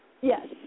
Yes